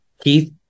Keith